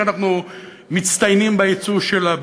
שאנחנו מצטיינים בייצוא שלה,